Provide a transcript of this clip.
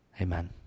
Amen